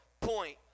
point